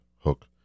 hook